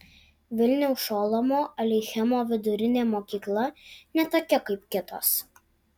vilniaus šolomo aleichemo vidurinė mokykla ne tokia kaip kitos